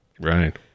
Right